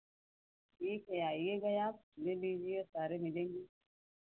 ठीक है आइयेगा आप ले लीजिए सारे में देंगे